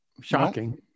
shocking